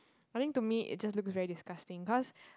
I think to me it just looks very disgusting cause